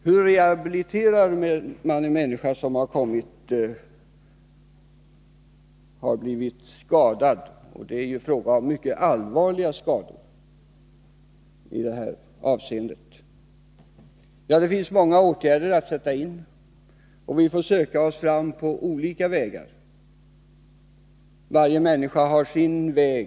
Hur rehabiliterar man en människa som har blivit skadad? Det är här fråga om mycket allvarliga skador. Det finns många åtgärder som kan sättas in, och vi får söka oss fram på olika vägar, eftersom varje människa har sin väg.